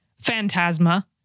phantasma